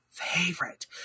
favorite